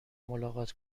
ملاقات